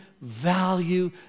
value